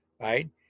right